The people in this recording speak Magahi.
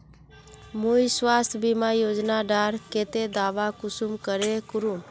मुई स्वास्थ्य बीमा योजना डार केते दावा कुंसम करे करूम?